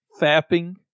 fapping